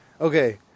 okay